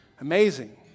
Amazing